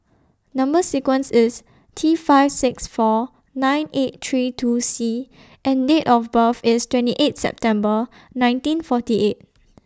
Number sequence IS T five six four nine eight three two C and Date of birth IS twenty eight September nineteen forty eight